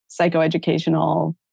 psychoeducational